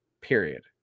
period